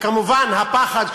כשכמובן הפחד,